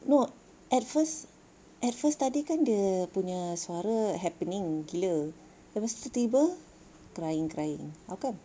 no at first at first tadi kan dia punya suara happening gila lepastu tertiba crying crying how come